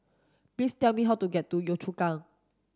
please tell me how to get to Yio Chu Kang